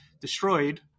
destroyed